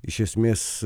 iš esmės